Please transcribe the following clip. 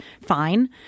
fine